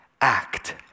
act